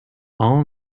all